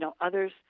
others